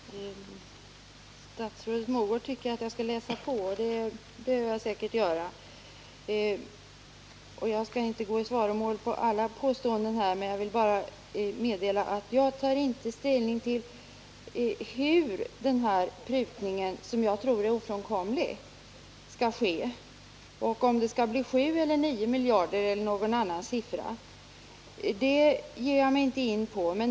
Herr talman! Statsrådet Mogård tycker att jag skall läsa på, och det behöver jag säkert göra, men jag skall inte gå i svaromål på alla påståenden här. Jag vill bara meddela att jag inte tar ställning till hur prutningen, som jag tror är ofrånkomlig, skall ske och om det skall bli 7 eller 9 miljarder eller någon annan siffra.